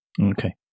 Okay